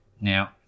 Now